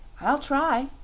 i'll try,